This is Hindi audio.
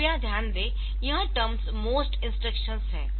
तो कृपया ध्यान दें यह टर्म्स मोस्ट इंस्ट्रक्शंस है